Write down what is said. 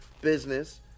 business